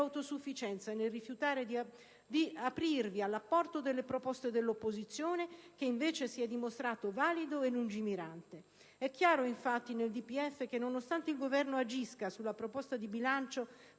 autosufficienza nel rifiutare di aprirvi all'apporto delle proposte dell'opposizione, che invece si è dimostrato valido e lungimirante. È chiaro infatti nel DPEF che, nonostante il Governo agisca sulla proposta di bilancio